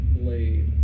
blade